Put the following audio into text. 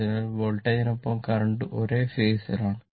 അതിനാൽ വോൾട്ടേജിനൊപ്പം കറന്റ് ഒരേ ഫേസ് ൽ ആണ്